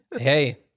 Hey